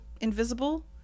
invisible